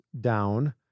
down